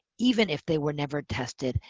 even if they were never tested.